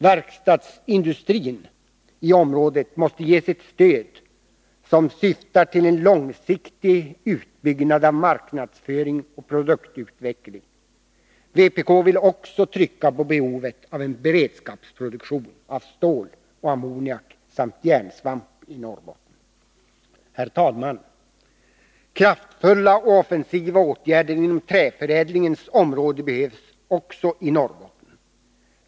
Verkstadsindustrin i området måste ges ett stöd som syftar till en långsiktig utbyggnad av marknadsföring och produktutveckling. Vpk vill också trycka på behovet av en beredskapsproduktion av stål och ammoniak samt järnsvamp i Norrbotten. Herr talman! Kraftfulla och offensiva åtgärder inom träförädlingens område behövs också i Norrbotten.